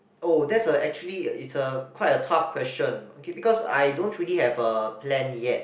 oh that's a actually is a quite a tough question okay because I don't truly have a plan yet